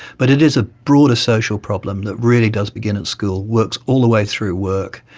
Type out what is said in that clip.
but it is a broader social problem that really does begin at school, works all the way through work,